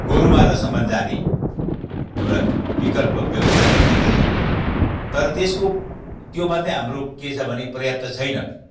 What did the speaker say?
गोरुमारासम्म जाने एउटा विकल्प व्यवस्था गरिदिएका छन् तर त्यसको त्यो मात्र हाम्रो के छ भने पर्याप्त छैन